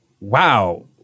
wow